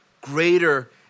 greater